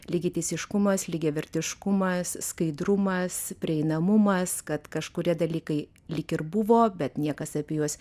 lygiateisiškumas lygiavertiškumas skaidrumas prieinamumas kad kažkurie dalykai lyg ir buvo bet niekas apie juos